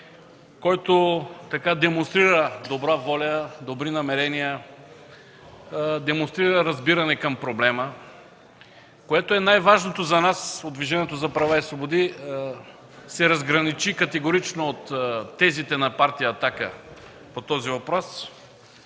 който демонстрира добра воля, добри намерения, демонстрира разбиране към проблема, и което е най-важното за нас – от Движението за права и свободи, се разграничи категорично от тезите на Партия „Атака” по този въпрос.